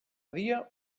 dia